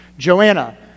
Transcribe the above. Joanna